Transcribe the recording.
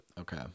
Okay